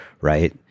right